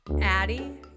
Addie